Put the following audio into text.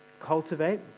cultivate